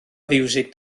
fiwsig